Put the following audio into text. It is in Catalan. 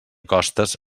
costes